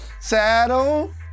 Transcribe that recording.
Saddle